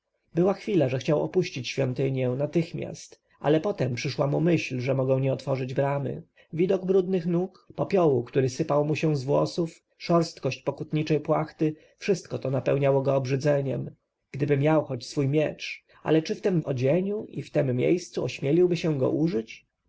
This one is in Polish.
była chwila że chciał opuścić świątynię natychmiast ale potem przyszła mu myśl że mogą nie otworzyć bramy widok brudnych nóg własnych popiołu który sypał mu się z włosów szorstkość pokutniczej płachty wszystko to napełniało go obrzydzeniem gdyby choć miał swój miecz ale czy w tem odzieniu i w tem miejscu ośmieliłby się go użyć